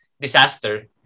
disaster